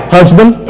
husband